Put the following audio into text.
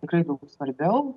tikrai daug svarbiau